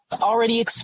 already